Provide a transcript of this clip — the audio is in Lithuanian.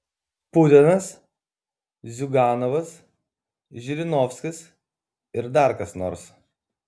putinas ziuganovas žirinovskis ir dar kas nors